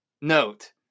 note